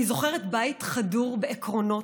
אני זוכרת בית חדור בעקרונות,